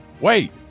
Wait